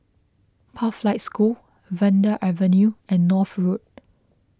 Pathlight School Vanda Avenue and North Road